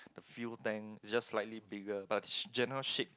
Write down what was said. the fuel tank is just slightly bigger but general shape